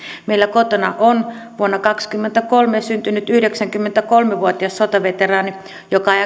meillä kotona on vuonna kaksikymmentäkolme syntynyt yhdeksänkymmentäkolme vuotias sotaveteraani joka ei